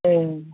ए